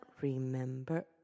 remember